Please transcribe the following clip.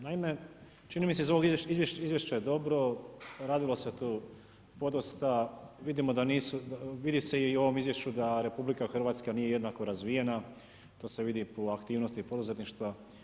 Naime, čini mi se za ovo izvješće je dobro radilo se tu podosta vidimo da nisu, vidi se i u ovom izvješću da RH nije jednako razvijena, to se vidi u aktivnosti poduzetništva.